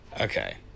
Okay